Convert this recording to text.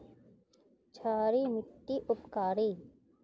क्षारी मिट्टी उपकारी?